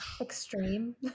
Extreme